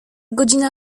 godzina